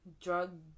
drug